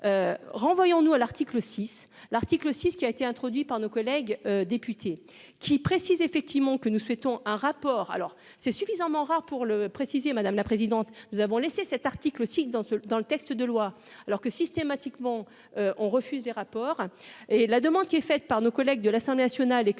renvoyons-nous à l'article 6 l'article 6 qui a été introduit par nos collègues députés qui précise effectivement que nous souhaitons un rapport alors c'est suffisamment rare pour le préciser, madame la présidente, nous avons laissé cet article aussi dans ce, dans le texte de loi alors que systématiquement on refuse des rapports et la demande qui est faite par nos collègues de l'Assemblée nationale et que